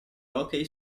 hockey